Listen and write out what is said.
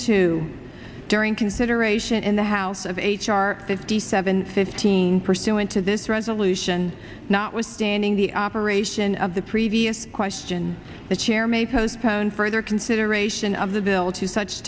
two during consideration in the house of h r fifty seven fifteen pursuant to this resolution notwithstanding the operation of the previous question the chair may postpone further consideration of the bill to such